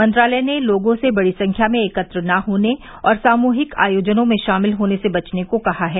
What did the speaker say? मंत्रालय ने लोगों से बड़ी संख्या में एकत्र न होने और सामूहिक आयोजनों में शामिल होने से बचने को कहा है